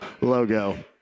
logo